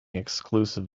exclusive